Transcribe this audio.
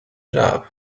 job